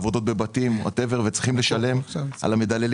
עבודות בבתים וצריכים לשלם על המדללים